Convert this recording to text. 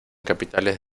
capitales